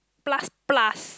plus plus